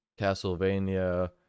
castlevania